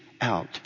out